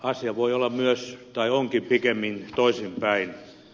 asia voi olla myös tai onkin pikemminkin toisinpäin